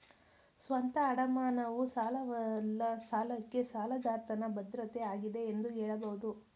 ಸ್ವಂತ ಅಡಮಾನವು ಸಾಲವಲ್ಲ ಸಾಲಕ್ಕೆ ಸಾಲದಾತನ ಭದ್ರತೆ ಆಗಿದೆ ಎಂದು ಹೇಳಬಹುದು